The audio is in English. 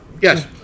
yes